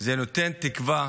זה נותן תקווה